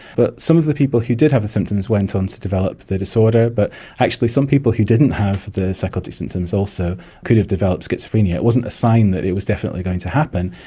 but some of the people who did have the symptoms went on to develop the disorder but actually some people who didn't have the psychotic symptoms also could have developed schizophrenia. it wasn't a sign that it was definitely going to happen,